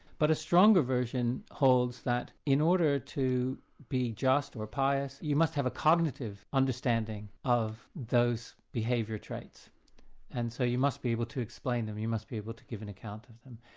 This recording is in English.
but a stronger version holds that in order to be just or pious you must have a cognitive understanding of those behaviour traits and so you must be able to explain them, you must be able to give an account of them.